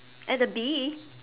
at the bee